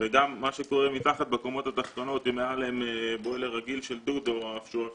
וגם מה שקורה מתחת בקומות התחתונות עם בוילר רגיל של דוד ועכשיו